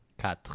quatre